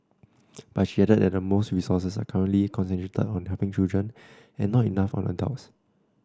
but she added that most resources are currently concentrated on helping children and not enough on adults